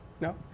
No